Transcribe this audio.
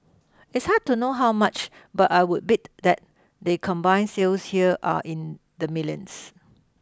it's hard to know how much but I would bet that their combined sales here are in the millions